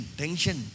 tension